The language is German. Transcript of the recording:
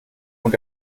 und